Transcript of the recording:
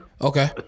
Okay